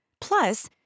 Plus